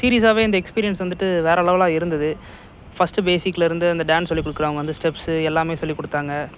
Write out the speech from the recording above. சீரியஸ்ஸாகவே இந்த எக்ஸ்பீரியன்ஸ் வந்துட்டு வேறு லெவல்லாக இருந்தது ஃபர்ஸ்ட்டு பேசிக்லிருந்து அந்த டான்ஸ் சொல்லி கொடுக்குறவங்க வந்து ஸ்டெப்ஸு எல்லாமே சொல்லி கொடுத்தாங்க